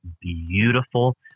beautiful